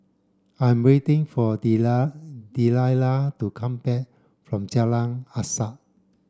I'm waiting for Delilah to come back from Jalan Asas